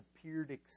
appeared